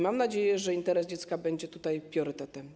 Mam nadzieję, że interes dziecka będzie tutaj priorytetem.